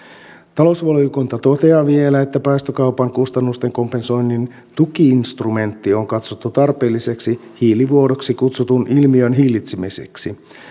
talousvaliokunta toteaa vielä että päästökaupan kustannusten kompensoinnin tuki instrumentti on katsottu tarpeelliseksi hiilivuodoksi kutsutun ilmiön hillitsemiseksi